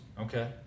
Okay